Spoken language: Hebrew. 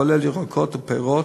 הכולל ירקות ופירות,